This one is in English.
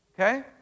okay